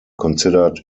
considered